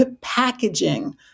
packaging